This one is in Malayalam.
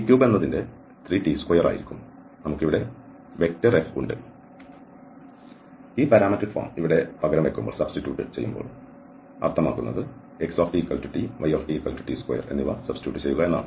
t3 എന്നതിന്റ് 3 t2 ആയിരിക്കും നമുക്ക് ഇവിടെ F ഉണ്ട് ഈ പാരാമട്രിക് ഫോം ഇവിടെ പകരം വയ്ക്കുമ്പോൾ അർത്ഥമാക്കുന്നത് xtt ytt2 എന്നിവയാണ്